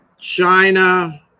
China